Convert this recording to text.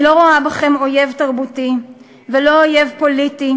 אני לא רואה בכם אויב תרבותי ולא אויב פוליטי,